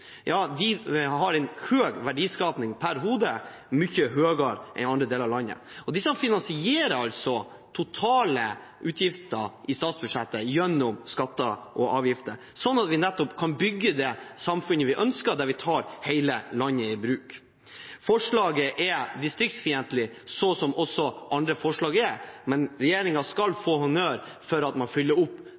har en høy verdiskaping per hode, mye høyere enn i andre deler av landet. Disse finansierer altså totale utgifter i statsbudsjettet gjennom skatter og avgifter, slik at vi nettopp kan bygge det samfunnet vi ønsker, der vi tar hele landet i bruk. Forslaget er distriktsfiendtlig, så som også andre forslag er. Men regjeringen skal få honnør for at man fyller opp